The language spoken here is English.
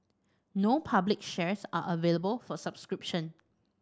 no public shares are available for subscription